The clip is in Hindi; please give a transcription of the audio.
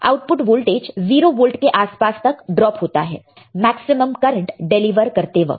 आउटपुट वोल्टेज 0 वोल्ट के आस पास तक ड्रॉप होता है मैक्सिमम करंट डिलीवर करते वक्त